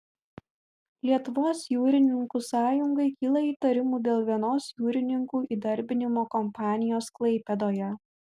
lietuvos jūrininkų sąjungai kyla įtarimų dėl vienos jūrininkų įdarbinimo kompanijos klaipėdoje